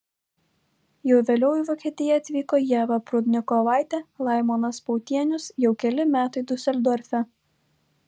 jau vėliau į vokietiją atvyko ieva prudnikovaitė laimonas pautienius jau keli metai diuseldorfe